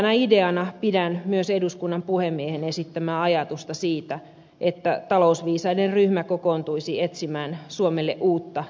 hyvänä ideana pidän myös eduskunnan puhemiehen esittämää ajatusta siitä että talousviisaiden ryhmä kokoontuisi etsimään suomelle uutta talouslinjaa